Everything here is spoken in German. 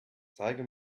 zeige